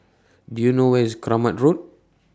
Do YOU know Where IS Kramat Road